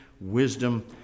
wisdom